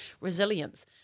resilience